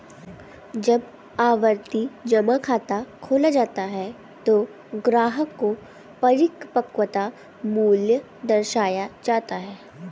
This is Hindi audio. जब आवर्ती जमा खाता खोला जाता है तो ग्राहक को परिपक्वता मूल्य दर्शाया जाता है